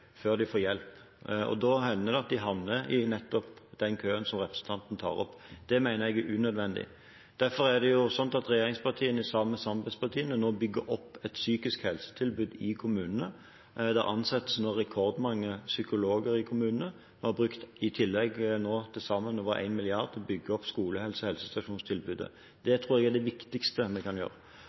før de får hjelp. Da hender det at de havner i nettopp den køen representanten tar opp. Det mener jeg er unødvendig. Derfor er det slik at regjeringspartiene sammen med samarbeidspartiene nå bygger opp et psykisk helse-tilbud i kommunene. Det ansettes nå rekordmange psykologer i kommunene. Vi har i tillegg nå brukt til sammen over 1 mrd. kr til å bygge opp skolehelse- og helsestasjonstilbudet. Det tror jeg er det viktigste vi kan gjøre.